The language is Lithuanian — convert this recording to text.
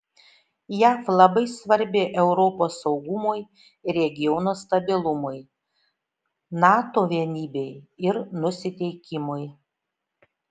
jav labai svarbi europos saugumui ir regiono stabilumui nato vienybei ir nusiteikimui